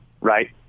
right